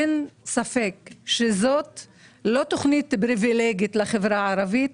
אין ספק שזאת לא תוכנית פריבילגית לחברה הערבית.